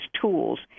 tools